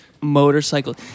motorcycles